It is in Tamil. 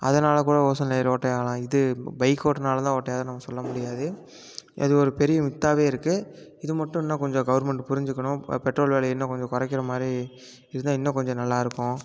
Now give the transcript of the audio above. அதனால் கூட ஓசோன் லேயர் ஓட்டையாகலாம் இது பைக்கு ஓட்டுறனால தான் ஓட்டையாகுதுன்னு நம்ம சொல்ல முடியாது அது ஒரு பெரிய மித்தாகவே இருக்குது இது மட்டும் இன்னும் கொஞ்சம் கவர்மெண்ட் புரிஞ்சுக்கணும் பெட்ரோல் விலைய இன்னும் கொஞ்சம் குறைக்கிற மாதிரி இருந்தால் இன்னும் கொஞ்சம் நல்லா இருக்கும்